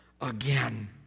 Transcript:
again